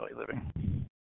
living